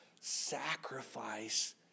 sacrifice